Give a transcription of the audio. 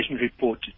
report